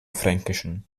fränkischen